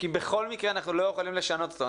כי בכל מקרה אנחנו לא יכולים לשנות אותו.